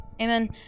Amen